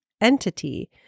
entity